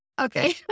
Okay